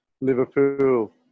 Liverpool